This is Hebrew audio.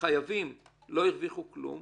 החייבים לא הרוויחו כלום,